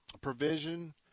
provision